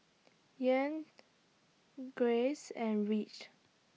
Yan Grace and Ridge